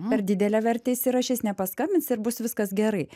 per didelę vertę įsirašys nepaskambins ir bus viskas gerai